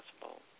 possible